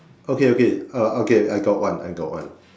okay okay uh okay I got one I got one